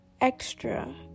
extra